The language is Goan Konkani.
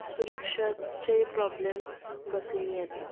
सुरक्षाचे प्रोबल्मस बसींनी येतात